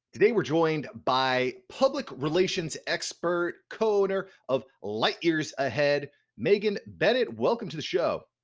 today we're joined by public relations expert. co-owner of light years ahead megan bennett welcome to the show.